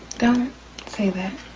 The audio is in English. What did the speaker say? don't say that.